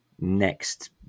next